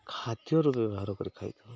ଖାଦ୍ୟରୁ ବ୍ୟବହାର କରି ଖାଇଥାଉ